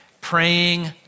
praying